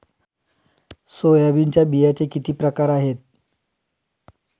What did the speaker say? सोयाबीनच्या बियांचे किती प्रकार आहेत?